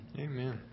Amen